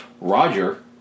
Roger